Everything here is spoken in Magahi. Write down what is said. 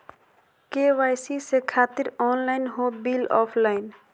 के.वाई.सी से खातिर ऑनलाइन हो बिल ऑफलाइन?